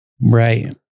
Right